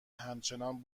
همچنان